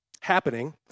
happening